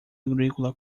agrícola